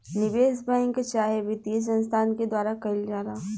निवेश बैंक चाहे वित्तीय संस्थान के द्वारा कईल जाला